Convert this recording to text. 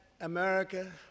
America